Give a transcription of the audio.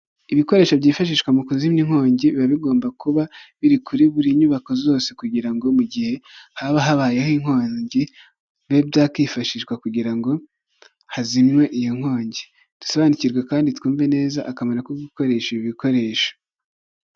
Ibikoresho byifashishwa mu kuzimya inkongi biba bigomba kuba biri kuri buri nyubako zose kugira ngo mu gihe haba habayeho inkongi bibe byakwifashishwa kugira ngo hazinywe iyo nkongi dusobanukirwe kandi twumve neza akamaro ko gukoresha ibikoresho.